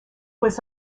was